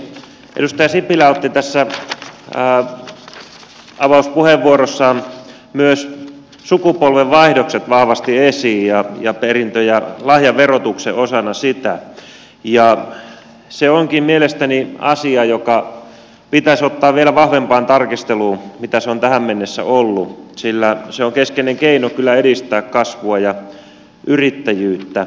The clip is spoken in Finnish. edustaja sipilä otti tässä avauspuheenvuorossaan myös sukupolvenvaihdokset vahvasti esiin ja perintö ja lahjaverotuksen osana niitä ja se onkin mielestäni asia joka pitäisi ottaa vielä vahvempaan tarkisteluun kuin tähän mennessä sillä se on keskeinen keino kyllä edistää kasvua ja yrittäjyyttä